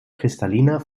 kristalliner